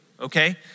Okay